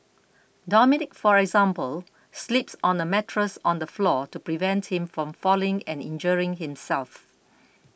Dominic for example sleeps on a mattress on the floor to prevent him from falling and injuring himself